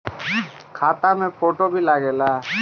खाता मे फोटो भी लागे ला?